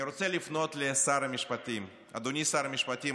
אני רוצה לפנות לשר המשפטים: אדוני שר המשפטים,